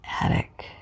attic